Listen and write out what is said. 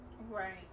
right